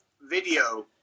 video